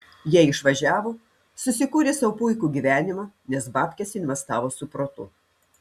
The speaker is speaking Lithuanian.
jie išvažiavo susikūrė sau puikų gyvenimą nes babkes investavo su protu